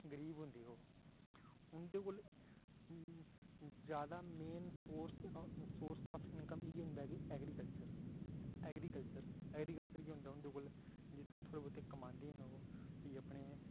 और सब तो बड़ी इंदे च फर्क ऐ तां ओह् ग्रांऽ दे जेह्ड़े लोग होंदे ओह् थोह्ड़े नी बड़े जादा गरीब होंदे ओह् उंदे कोल जादा मेन सोरस ऑफ इंकम इयै होंदा कि ऐग्रिकलचर ऐग्रिकलचर गै होंदा उंदे कोल जित्थमां दा थोह्ड़े बौह्त कमांदे न ओह्